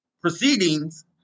proceedings